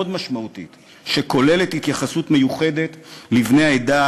משמעותית שכוללת התייחסות מיוחדת לבני העדה,